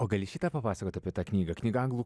gali šį tą papasakot apie tą knygą knygą anglų